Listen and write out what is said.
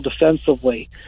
defensively